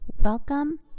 Welcome